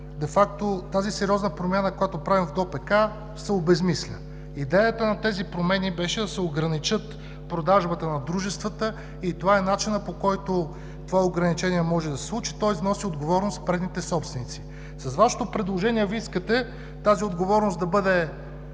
тази сериозна промяна, която правим в ДОПК, се обезсмисля. Идеята на тези промени беше да се ограничи продажбата на дружествата и това е начинът, по който това ограничение може да се случи, тоест носят отговорност предните собственици. С Вашето предложение Вие искате тази отговорност да бъде